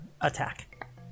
attack